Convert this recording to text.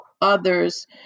others